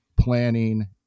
planning